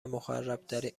مخربترین